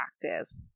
practice